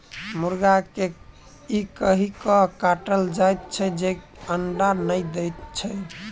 मुर्गा के ई कहि क काटल जाइत छै जे ई अंडा नै दैत छै